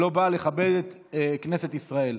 שלא בא לכבד את כנסת ישראל.